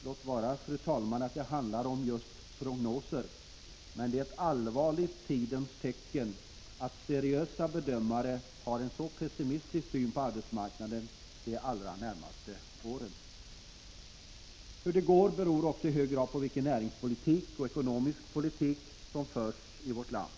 Låt vara, fru talman, att det handlar om just prognoser, men det är ett allvarligt tidens tecken att seriösa bedömare har en så pessimistisk syn på arbetsmarknaden för de allra närmaste åren. Hur det går beror också i hög grad på vilken näringspolitik och vilken ekonomisk politik som förs i vårt land.